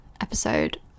episode